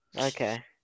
Okay